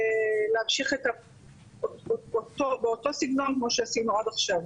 ולהמשיך באותו סגנון כמו שעשינו עד עכשיו.